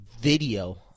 video